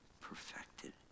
perfected